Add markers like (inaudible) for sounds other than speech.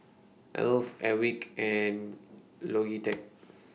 Alf Airwick and Logitech (noise)